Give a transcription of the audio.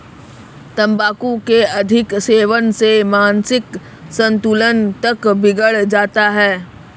तंबाकू के अधिक सेवन से मानसिक संतुलन तक बिगड़ जाता है